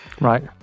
Right